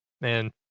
man